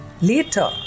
later